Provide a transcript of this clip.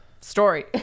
story